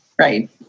right